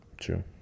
True